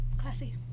classy